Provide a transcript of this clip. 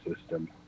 system